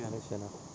election ah